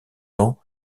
temps